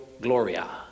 Gloria